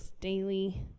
daily